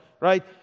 right